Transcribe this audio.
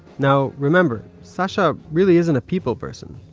now remember, sasha really isn't a people person,